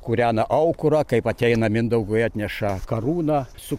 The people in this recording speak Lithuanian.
kūrena aukurą kaip ateina mindaugui atneša karūną su